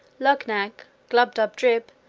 luggnagg, glubbdubdrib,